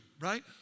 right